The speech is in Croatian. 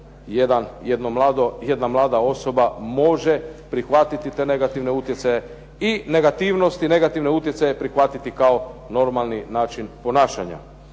jedna mlada osoba, može prihvatiti te negativne utjecaje i negativnosti i negativne utjecaje prihvatiti kao normalno način ponašanja.